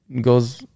goes